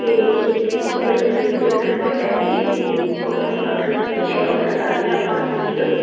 ਅਤੇ ਇਹ ਸੀ ਕਿ ਬੱਚੇ ਫਿਰ ਜਿੱਦ ਕਰਦੇ ਪਏ ਸੀ ਕਿ ਉੱਥੋਂ ਹੀ ਔਡਰ ਡਿਸ਼ ਔਡਰ ਕਰਨੀ ਆਪਾਂ ਸਵਿਗੀ ਤੋਂ ਹੀ